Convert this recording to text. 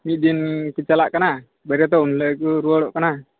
ᱢᱤᱫ ᱫᱤᱱ ᱠᱚ ᱪᱟᱞᱟᱜ ᱠᱟᱱᱟ ᱵᱟᱹᱨᱭᱟᱹᱛᱚᱜ ᱩᱱ ᱦᱤᱞᱳᱜ ᱜᱮᱠᱚ ᱨᱩᱣᱟᱹᱲᱚᱜ ᱠᱟᱱᱟ